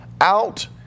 out